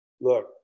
look